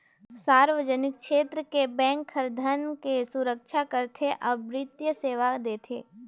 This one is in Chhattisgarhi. सार्वजनिक छेत्र के बेंक हर धन कर सुरक्छा करथे अउ बित्तीय सेवा देथे